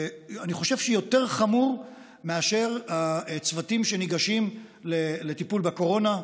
אני חושב שיותר חמור מאשר הצוותים שניגשים לטיפול בקורונה,